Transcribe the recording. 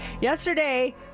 Yesterday